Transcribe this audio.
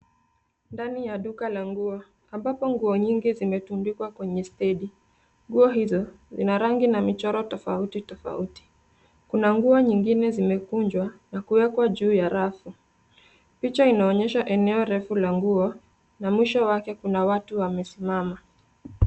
Ndani ya duka la nguo, ambapo nguo nyingi zimetundikwa kwenye stendi. Nguo hizo zina rangi na michoro tofauti tofauti. Kuna nguo nyingine zimekunjwa na kuwekwa juu ya rafu. Picha inaonyesha eneo refu la nguo, na mwisho wake kuna watu wamesimama.